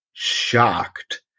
Shocked